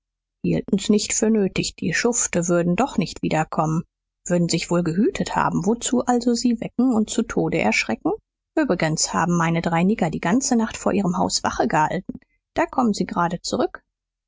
hielten's nicht für nötig die schufte würden doch nicht wiederkommen würden sich wohl gehütet haben wozu also sie wecken und zu tode erschrecken übrigens haben meine drei nigger die ganze nacht vor ihrem haus wache gehalten da kommen sie gerade zurück